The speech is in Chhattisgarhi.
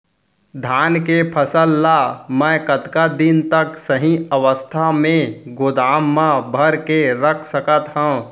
धान के फसल ला मै कतका दिन तक सही अवस्था में गोदाम मा भर के रख सकत हव?